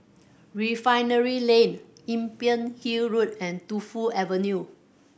Refinery Lane Imbiah Hill Road and Tu Fu Avenue